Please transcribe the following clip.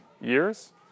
Years